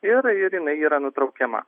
ir ir jinai yra nutraukiama